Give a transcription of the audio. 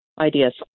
ideas